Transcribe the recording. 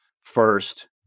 first